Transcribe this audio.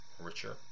richer